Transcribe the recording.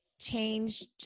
changed